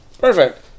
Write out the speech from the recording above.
perfect